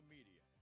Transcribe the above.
Media